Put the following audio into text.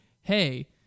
hey